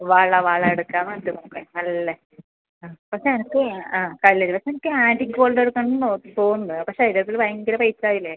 വള വള എടുക്കാൻ വേണ്ടിയിട്ട് നോക്കാൻ നല്ല ആ പക്ഷെ എനിക്ക് ആ കല്ലിൽ എനിക്ക് ആൻറ്റിക് ഗോൾഡ് എടുക്കണമെന്നു തോന്നുന്നു പക്ഷെ അയിൻറ്റാത്ത് ഭയങ്കര റേറ്റ് ആയില്ലേ